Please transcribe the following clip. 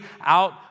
out